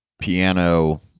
piano